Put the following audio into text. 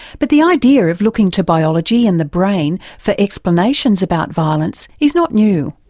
but the idea of looking to biology and the brain for explanations about violence is not new.